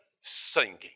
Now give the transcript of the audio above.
singing